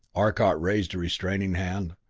arcot raised a restraining hand.